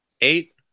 Eight